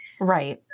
Right